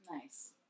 Nice